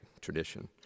tradition